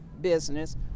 business